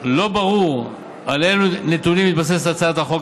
לא ברור על אלו נתונים מתבססת הצעת החוק,